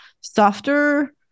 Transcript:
softer